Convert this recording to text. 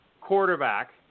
quarterback